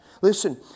listen